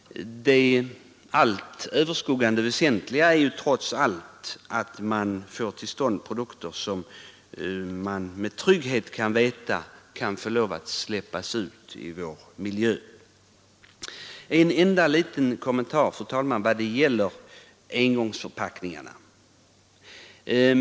Det allt överskuggande och väsentliga är trots allt att man får till stånd produkter, som man tryggt kan släppa ut i vår miljö. En enda liten kommentar, fru talman, beträffande engångsförpackningarna.